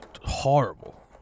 horrible